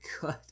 good